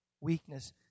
weakness